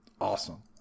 awesome